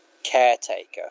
caretaker